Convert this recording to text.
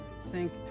sink